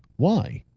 why?